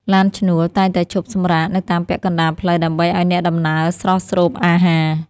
ឡានឈ្នួល តែងតែឈប់សម្រាកនៅតាមពាក់កណ្តាលផ្លូវដើម្បីឱ្យអ្នកដំណើរស្រស់ស្រូបអាហារ។